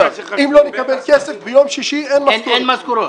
אם לא נקבל כסף ביום שישי, אין משכורות.